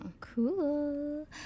cool